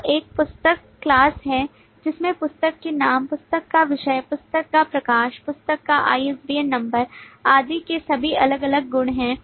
तो एक पुस्तक class है जिसमें पुस्तक के नाम पुस्तक का विषय पुस्तक का प्रकाशक पुस्तक का ISBN नंबर आदि के सभी अलग अलग गुण हैं